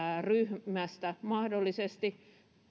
ryhmästä mahdollisesti